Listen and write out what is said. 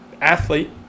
athlete